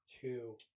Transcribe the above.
two